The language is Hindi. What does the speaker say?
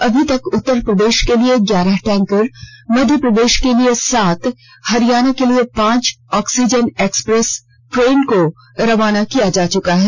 अभी तक उत्तरप्रदेश के लिए ग्यारह टैंकर मध्यप्रदेश के लिए सात हरियाणा के लिए पांच ऑक्सीजन एक्सप्रेस ट्रेन को रवाना किया जा चुका हैं